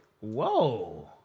Whoa